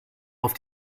auf